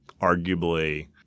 arguably